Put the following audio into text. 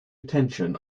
attention